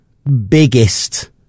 biggest